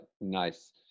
nice